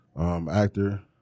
Actor